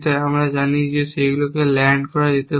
আমরা জানি যে সেগুলিকে ল্যাড করা যেতে পারে